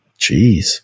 Jeez